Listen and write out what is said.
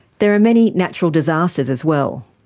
there are many natural disasters as well.